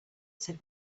said